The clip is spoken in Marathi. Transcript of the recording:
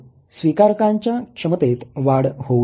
ज्यामुळे स्वीकारकांच्या क्षमतेत वाढ होऊ लागते